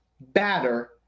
batter